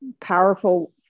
powerful